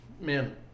man